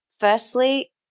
firstly